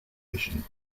fission